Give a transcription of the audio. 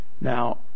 Now